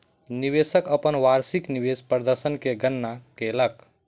निवेशक अपन वार्षिक निवेश प्रदर्शन के गणना कयलक